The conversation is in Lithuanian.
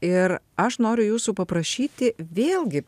ir aš noriu jūsų paprašyti vėlgi